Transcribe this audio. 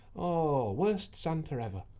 oh, worst santa ever.